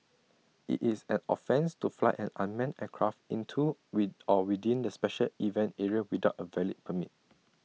IT is an offence to fly an unmanned aircraft into with or within the special event area without A valid permit